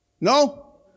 No